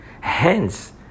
Hence